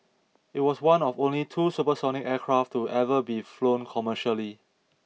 it was one of only two supersonic aircraft to ever be flown commercially